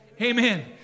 Amen